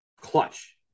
clutch